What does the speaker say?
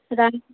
ᱨᱟᱱ